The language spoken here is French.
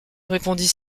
répondit